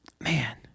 man